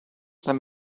them